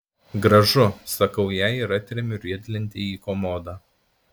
gražu sakau jai ir atremiu riedlentę į komodą